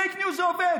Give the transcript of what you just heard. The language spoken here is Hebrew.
פייק ניוז זה עובד,